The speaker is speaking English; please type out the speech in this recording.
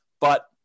but-